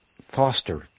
foster